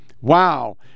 Wow